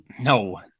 No